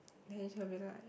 then she will be like